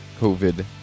COVID